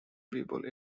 people